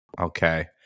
Okay